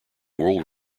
world